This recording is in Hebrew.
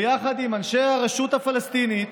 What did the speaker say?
ביחד עם אנשי הרשות הפלסטינית,